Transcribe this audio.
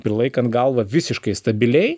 prilaikant galvą visiškai stabiliai